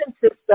system